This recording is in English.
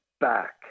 back